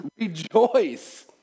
Rejoice